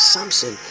Samson